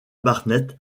barnett